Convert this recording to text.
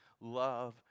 love